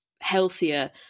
healthier